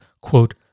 Quote